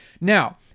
now